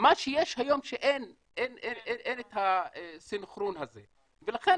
מה שיש היום אין את הסנכרון הזה ולכן,